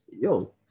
yo